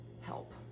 help